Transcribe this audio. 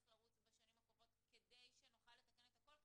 לרוץ בשנים הקרובות כדי שנוכל לתקן את הכול,